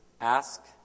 ask